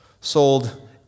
sold